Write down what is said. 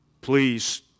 please